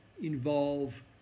involve